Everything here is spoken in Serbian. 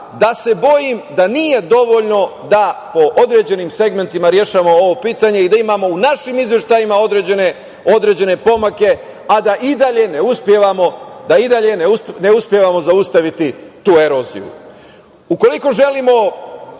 da se bojim da nije dovoljno da po određenim segmentima rešavamo ovo pitanje i da imamo u našim izveštajima određene pomake, a da i dalje ne uspevamo zaustaviti tu eroziju. Ukoliko želimo